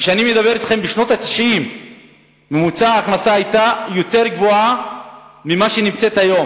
כאשר בשנות ה-90 ממוצע ההכנסה היה גבוה ממה שהוא היום.